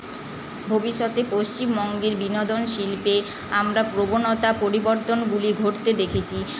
ভবিষ্যতে পশ্চিমবঙ্গের বিনোদন শিল্পে আমরা প্রবণতা পরিবর্তনগুলি ঘটতে দেখেছি